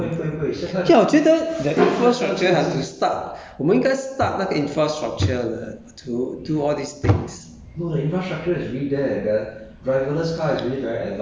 做 like self drive 的 car ya 我觉得 the infrastructure have to start 我们应该 start 那个 infrastructure 的 to do all these things